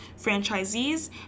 franchisees